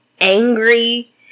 angry